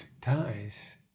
ties